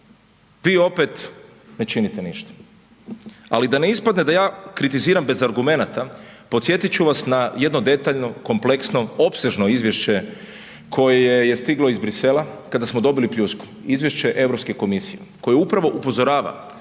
vi opet ne činite ništa. Ali da ne ispadne da ja kritiziram bez argumenata, podsjetit ću vas na jedno detaljno kompleksno opsežno izvješće koje je stiglo iz Bruxellesa kada smo dobili pljusku, izvješće Europske komisije koje upravo upozorava